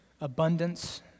abundance